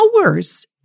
hours